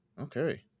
Okay